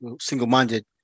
single-minded